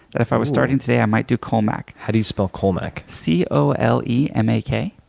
that if i was starting today, i might do colemak. how do you spell colemak? c o l e m a k.